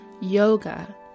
Yoga